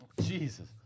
Jesus